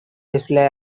displayed